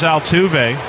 Altuve